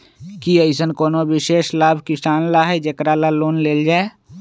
कि अईसन कोनो विशेष लाभ किसान ला हई जेकरा ला लोन लेल जाए?